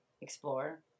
explore